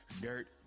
dirt